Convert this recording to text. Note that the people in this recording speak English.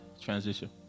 transition